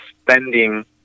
spending